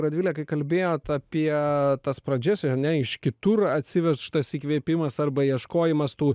radvile kalbėjot apie tas pradžias ar ne iš kitur atsivežtas įkvėpimas arba ieškojimas tų